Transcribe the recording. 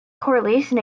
correlation